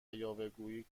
یاوهگویی